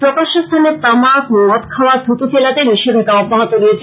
প্রকাশ্য স্থানে তামাক মদ খাওয়া থু থু ফেলাতে নিষেধাজ্ঞা অব্যাহত রয়েছে